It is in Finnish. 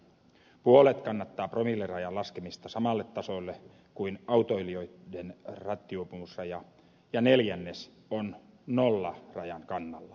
puolet kannattaa promillerajan laskemista samalle tasolle kuin autoilijoitten rattijuopumusraja ja neljännes on nollatoleranssin kannalla